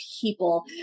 people